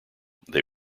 they